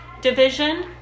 division